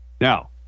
Now